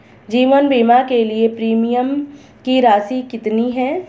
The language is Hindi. जीवन बीमा के लिए प्रीमियम की राशि कितनी है?